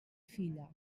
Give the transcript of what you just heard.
filla